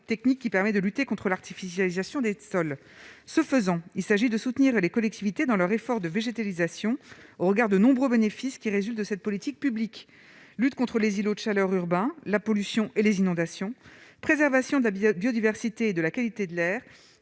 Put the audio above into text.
qui permet de lutter contre l'artificialisation des sols, ce faisant, il s'agit de soutenir les collectivités dans leur effort de végétalisation au regard de nombreux bénéfices qui résulte de cette politique publique, lutte contre les îlots de chaleur urbains, la pollution et les inondations, préservation de la biodiversité de la qualité de l'air,